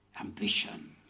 ambition